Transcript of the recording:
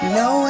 no